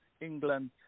England